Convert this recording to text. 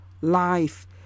life